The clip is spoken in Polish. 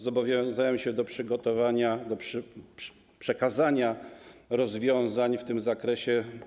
Zobowiązałem się do przygotowania, do przekazania rozwiązań w tym zakresie.